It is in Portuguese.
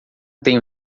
tenho